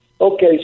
Okay